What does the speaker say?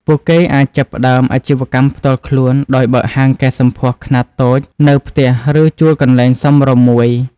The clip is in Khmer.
ពួកគេអាចចាប់ផ្តើមអាជីវកម្មផ្ទាល់ខ្លួនដោយបើកហាងកែសម្ផស្សខ្នាតតូចនៅផ្ទះ ឬជួលកន្លែងសមរម្យមួយ។